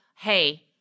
hey